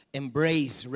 embrace